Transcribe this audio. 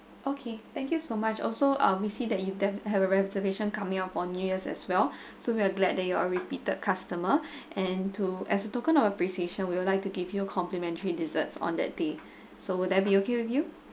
okay thank you so much also uh we see that you de~ have a reservation coming out for new years as well so we are glad that you are repeated customer and to as a token of appreciation we would like to give you a complimentary desserts on that day so would that be okay with you